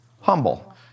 humble